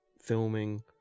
filming